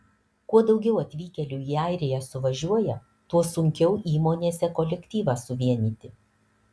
kuo daugiau atvykėlių į airiją suvažiuoja tuo sunkiau įmonėse kolektyvą suvienyti